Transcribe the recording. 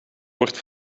wordt